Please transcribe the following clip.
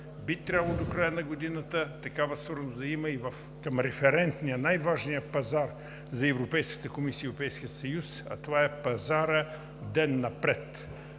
би трябвало до края на годината такава свързаност да има и към референтния, най-важния пазар за Европейската комисия и Европейския съюз, а това е Пазар „Ден напред“.